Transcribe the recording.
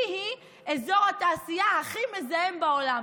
היא-היא אזור התעשייה הכי מזהם בעולם.